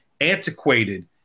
antiquated